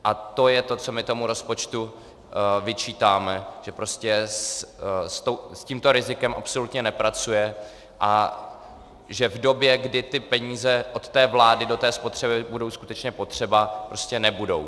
A to je to, co my tomu rozpočtu vyčítáme, že s tímto rizikem absolutně nepracuje a že v době, kdy peníze od vlády do spotřeby budou skutečně potřeba, prostě nebudou.